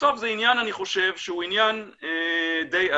בסוף זה עניין, אני חושב, שהוא עניין די עדין.